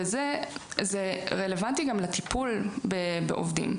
זה רלוונטי גם לטיפול בעובדים.